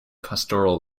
pastoral